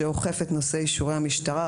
שאוכף את נושא אישורי המשטרה,